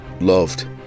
loved